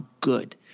good